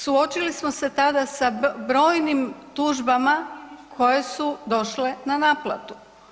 Suočili smo se tada sa brojnim tužbama koje su došle na naplatu.